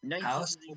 house